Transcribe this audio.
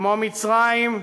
כמו מצרים,